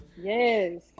Yes